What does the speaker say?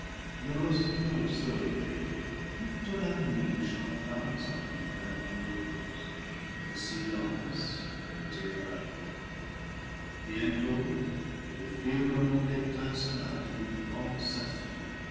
le rossignol seul veillait toute la nuit il chanta sa complainte amoureuse le silence était ravi bientôt le firmament étincela de vivants saphirs